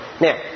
Now